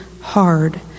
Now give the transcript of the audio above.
hard